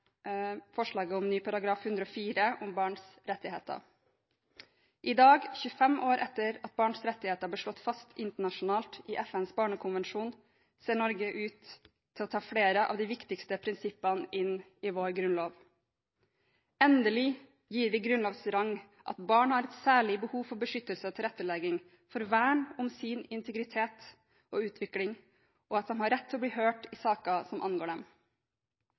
forslaget om ny § 104 om barns rettigheter. I dag, 25 år etter at barns rettigheter ble slått fast internasjonalt i FNs barnekonvensjon, ser Norge ut til å ta flere av de viktigste prinsippene inn i sin grunnlov. Endelig gir vi grunnlovs rang det at barn har et særlig behov for beskyttelse og tilrettelegging, for vern om sin integritet og utvikling, og at de har rett til å bli hørt i saker som angår dem.